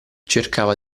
cercava